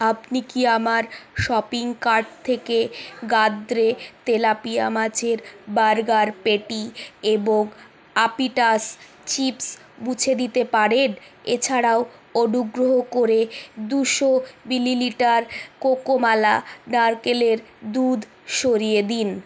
আপনি কি আমার শপিং কার্ট থেকে গাডরে তেলাপিয়া মাছের বার্গার প্যাটি এবং অ্যাপিটাস চিপস্ মুছে দিতে পারেন এছাড়াও অনুগ্রহ করে দুশো মিলিলিটার কোকোমালা নারকেলের দুধ সরিয়ে দিন